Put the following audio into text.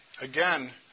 again